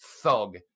thug